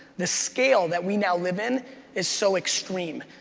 the scale that we now live in is so extreme.